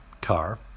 car